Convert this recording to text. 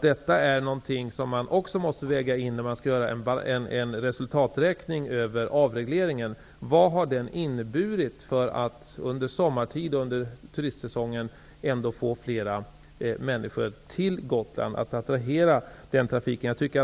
Detta är någonting som man måste väga in när man skall göra en resultaträkning över avregleringen och se vad den har inneburit när det gäller att under sommartid, under turistsäsongen, få fler människor till Gotland.